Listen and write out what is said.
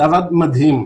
זה עבד מדהים,